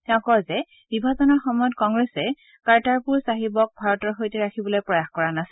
তেওঁ কয় যে বিভাজনৰ সময়ত কংগ্ৰেছে কাটাৰপূৰ চাহিবক ভাৰতৰ সৈতে ৰাখিবলৈ প্ৰয়াস কৰা নাছিল